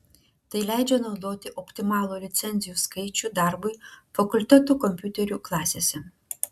tai leidžia naudoti optimalų licencijų skaičių darbui fakultetų kompiuterių klasėse